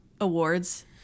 awards